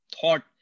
thought